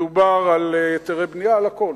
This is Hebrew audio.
מדובר על היתרי בנייה, על הכול.